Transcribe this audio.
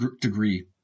degree